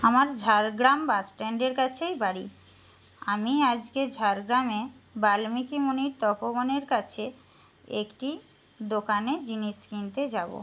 আমার ঝাড়গ্রাম বাস স্ট্যান্ডের কাছেই বাড়ি আমি আজকে ঝাড়গ্রামে বাল্মীকি মুনির তপোবনের কাছে একটি দোকানে জিনিস কিনতে যাবো